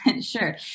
Sure